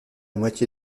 moitié